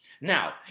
now